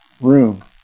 room